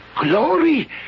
glory